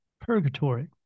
purgatory